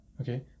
Okay